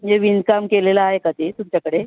म्हणजे विणकाम केलेलं आहे का ते तुमच्याकडे